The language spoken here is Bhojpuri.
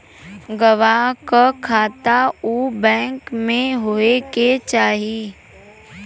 गवाह के खाता उ बैंक में होए के चाही